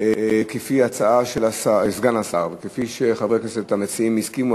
כפי ההצעה של סגן השר וכפי שחברי הכנסת המציעים הסכימו,